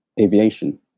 aviation